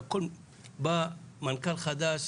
בא מנכ"ל חדש,